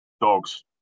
Dogs